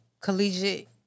collegiate